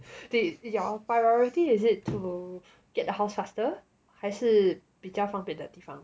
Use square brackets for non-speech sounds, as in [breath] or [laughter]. [breath] your priority is it to get the house faster 还是比较方便的地方